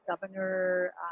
governor